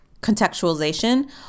contextualization